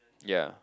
ya